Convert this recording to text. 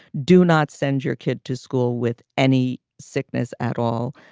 do not send your kid to school with any sickness at all.